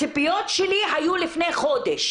הציפיות שלי היו לפני חודש